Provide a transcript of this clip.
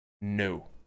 no